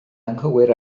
anghywir